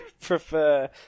prefer